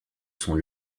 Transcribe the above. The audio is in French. sont